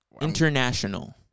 International